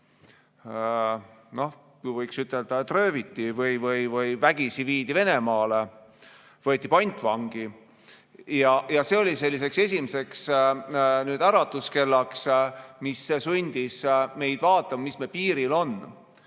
võiks ütelda, rööviti või vägisi viidi Venemaale, võeti pantvangi. See oli selliseks esimeseks äratuskellaks, mis sundis meid vaatama, mis meie piiril on.